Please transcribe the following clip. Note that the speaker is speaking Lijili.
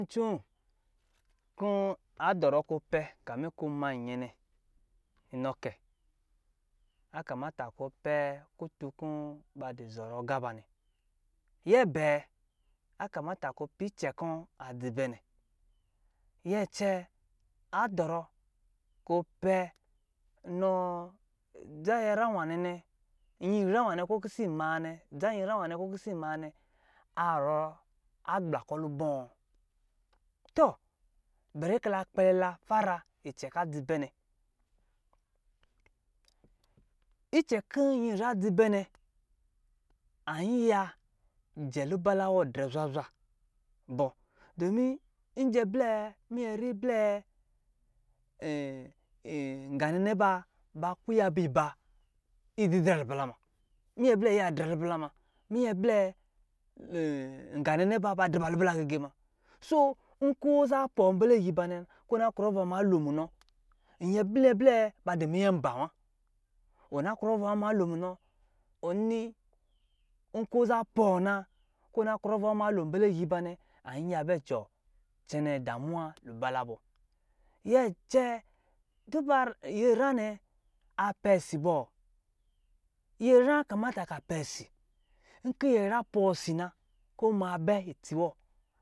Ncoo kɔ̄ a dɔrɔ kɔ̄ pɛ kamin kɔ̄ ma nyɛ nɛ, inɔ kei, a kamata kɔ̄ ɔ pɛ kutun kɔ̄ ba dɔ zɔrɔ aga ba nɛ. Nyɛ bɛɛ, a kamata kɔ̄ ɔ pɛ icɛ kɔ̄ a dzi bɛ nɛ. Nyɛ cɛ, a dɔrɔ kɔ̄ pɛ nɔ dza nyɛra nwanɛ nɛ, nyinyra wanɛ kɔ̄ pise maa nɛ, dza nyinyra wanɛ kɔ̄ pise maa nɛ, a zɔrɔ agbla kɔ̄ lubɔ̄? To, bɛri kila kpɛlɛ la fara icɛ ka dzi bɛ nɛ. Icɛ kɔ̄ nyinyra dzi bɛ nɛ, an yiya jɛ lubala wɔ drɛ zwazwa bɔ, dɔmin njɛ blɛ minyera blɛ nga nɛnɛ ba, ba kuya bi ba ididrɛ lubala ma. Minyɛ blɛ iya drɛ lubala ma. Minyɛ blɛ nga nɛnɛ ba, ba drɛ lubala gigɛ ma. Soo, nkɔ̄ za pɔɔ mbɛlɛ giiba nɛ na, kɔ̄ ɔ na krɔ ava malo munɔ, nyɛ blɛ blɛ ba dɔ minyɛ mbā wa, ɔ na krɔ ava ma lo munɔ, ɔ nini nkɔ̄ za pɔɔ na, kɔ̄ na krɔ ava lo mbɛlɛ giibanɛ, an yiya bɛ jɔɔ cɛnɛ damuwa lubala bɔ. Nyɛ cɛɛ, duba nyɛra nɛ a pɛsi bɔ, nyɛra kamata ka pɛ si. Nkɔ̄ɛ nyɛra pɔɔ si na, kɔ̄ ɔ maa bɛ itsi wɔ